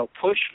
push